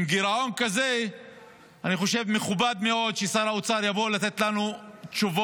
עם גירעון כזה אני חושב שמכובד מאוד ששר האוצר יבוא לתת לנו תשובות,